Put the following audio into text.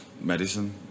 medicine